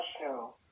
show